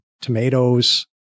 tomatoes